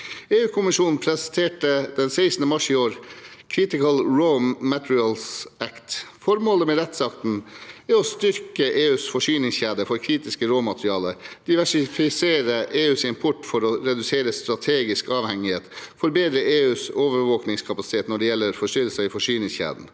EU-kommisjonen presenterte den 16. mars i år Critical Raw Materials Act. Formålet med rettsakten er å styrke EUs forsyningskjede for kritiske råmaterialer, diversifisere EUs import for å redusere strategisk avhengighet, forbedre EUs overvåkingskapasitet når det gjelder forstyrrelser i forsyningskjeden,